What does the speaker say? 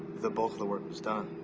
the bulk the work was done.